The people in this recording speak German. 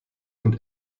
und